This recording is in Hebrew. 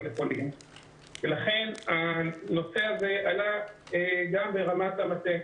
לפולין ולכן הנושא הזה עלה גם ברמת המטה.